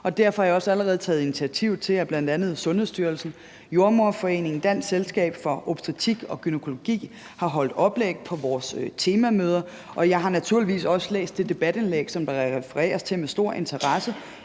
Derfor har jeg også allerede taget initiativ til, at bl.a. Sundhedsstyrelsen, Jordemoderforeningen og Dansk Selskab for Obstetrik og Gynækologi har holdt oplæg på vores temamøder, og jeg har naturligvis også læst det debatindlæg, som der refereres til, med stor interesse.